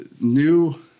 new